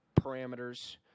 parameters